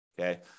okay